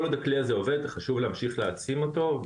כל עוד הכלי הזה עובד, חשוב להמשיך להעצים אותו.